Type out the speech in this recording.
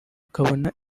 akabona